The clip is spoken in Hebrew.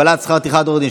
הגבלת שכר טרחת עורך דין),